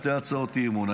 שתי הצעות האי-אמון.